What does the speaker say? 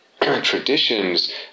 traditions